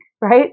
right